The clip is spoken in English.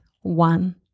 one